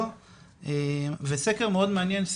או לא וסקר מאוד מעניין,